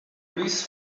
please